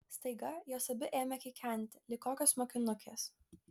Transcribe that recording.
staiga jos abi ėmė kikenti lyg kokios mokinukės